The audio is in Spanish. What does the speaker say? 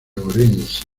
orense